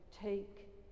take